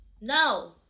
No